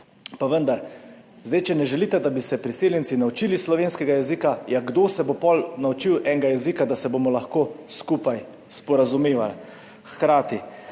pa vendar, če ne želite, da bi se priseljenci naučili slovenskega jezika, kdo se bo potem naučil enega jezika, da se bomo lahko skupaj sporazumevali? Zakaj